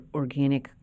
organic